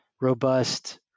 robust